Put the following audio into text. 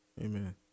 Amen